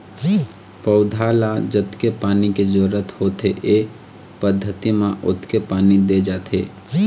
पउधा ल जतके पानी के जरूरत होथे ए पद्यति म ओतके पानी दे जाथे